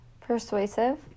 Persuasive